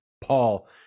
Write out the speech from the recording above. Paul